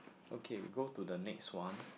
okay go to the next one